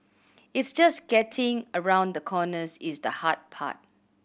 it's just getting around the corners is the hard part